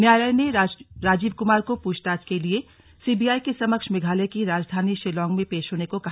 न्यायालय ने राजीव कुमार को पूछताछ के लिए सीबीआई के समक्ष मेघालय की राजधानी शिलांग में पेश होने को कहा